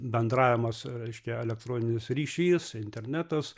bendravimas reiškia elektroninis ryšys internetas